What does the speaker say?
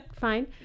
fine